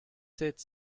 sept